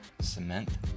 cement